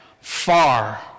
far